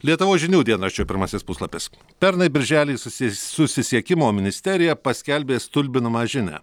lietuvos žinių dienraščio pirmasis puslapis pernai birželį susis susisiekimo ministerija paskelbė stulbinamą žinią